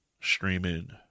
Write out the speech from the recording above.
streaming